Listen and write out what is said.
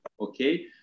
okay